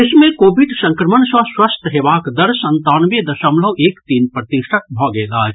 देश मे कोविड संक्रमण सँ स्वस्थ हेबाक दर संतानवे दशमलव एक तीन प्रतिशत भऽ गेल अछि